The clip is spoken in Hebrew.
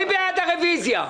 מי בעד הרוויזיה?